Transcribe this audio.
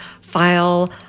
file